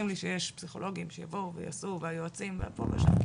לי שיש פסיכולוגים שיבואו ויעשו והיועצים והפה והשם,